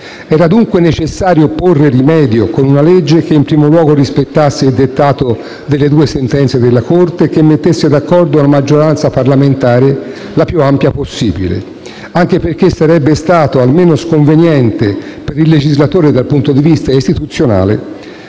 Era dunque necessario porre rimedio, con una legge che in primo luogo rispettasse il dettato delle due sentenze della Corte e che mettesse d'accordo una maggioranza parlamentare, la più ampia possibile, anche perché sarebbe stato almeno sconveniente per il legislatore, dal punto di vista istituzionale,